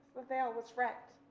the veil was rent.